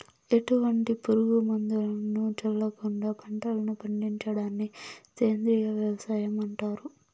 ఎటువంటి పురుగు మందులను చల్లకుండ పంటలను పండించడాన్ని సేంద్రీయ వ్యవసాయం అంటారు